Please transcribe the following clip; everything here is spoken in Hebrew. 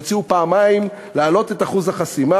הם הציעו פעמיים להעלות את אחוז החסימה,